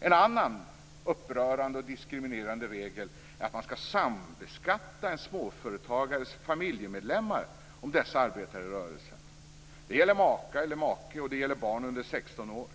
En annan upprörande och diskriminerande regel är att man skall sambeskatta småföretagares familjemedlemmar om dessa arbetar i rörelsen. Det gäller maka eller make, och det gäller barn under 16 år.